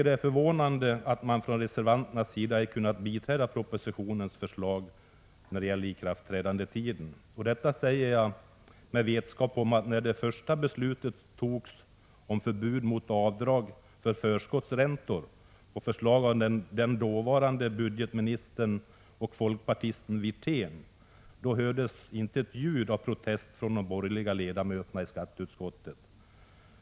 Det är förvånande att man från reservanternas sida ej kunnat biträda propositionens förslag när det gäller ikraftträdandetiden. Detta säger jag med vetskap om att det, när det första beslutet togs om förbud mot avdrag för förskottsräntor på förslag av den dåvarande budgetministern och folkpartisten Wirtén, inte hördes ett ljud av protest från de borgerliga ledamöterna i skatteutskottet.